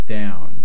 down